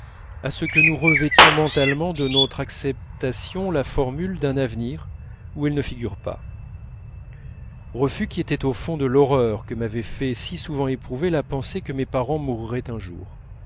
à ce que nous revêtions mentalement de notre acceptation la formule d'un avenir où elles ne figurent pas refus qui était au fond de l'horreur que m'avait fait si souvent éprouver la pensée que mes parents mourraient un jour